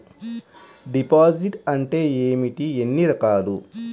Deposit అంటే ఏమిటీ ఎన్ని రకాలు?